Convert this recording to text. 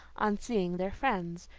on seeing their friends,